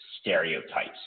stereotypes